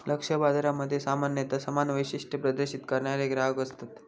लक्ष्य बाजारामध्ये सामान्यता समान वैशिष्ट्ये प्रदर्शित करणारे ग्राहक असतत